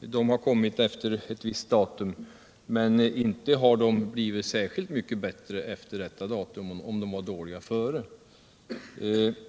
de har uppstått efter ett visst datum — men inte har läget blivit särskilt mycket bättre efter detta datum, även om det var dåligt dessförinnan.